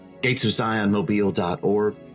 gatesofzionmobile.org